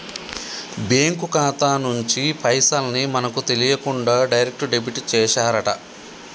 bank ఖాతా నుంచి పైసల్ ని మనకు తెలియకుండా డైరెక్ట్ డెబిట్ చేశారట